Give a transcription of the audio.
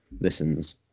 listens